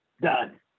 Done